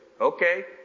Okay